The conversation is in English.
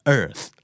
earth